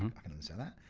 um i can understand that,